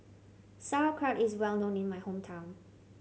sauerkraut is well known in my hometown